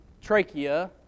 trachea